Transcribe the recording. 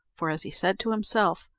for, as he said to himself,